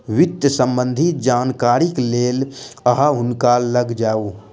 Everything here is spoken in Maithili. वित्त सम्बन्धी जानकारीक लेल अहाँ हुनका लग जाऊ